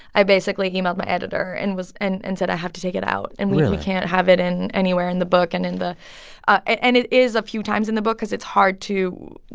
i basically emailed my editor and was and and said, i have to take it out. and we. really. can't have it anywhere in the book. and in the and it is a few times in the book cause it's hard to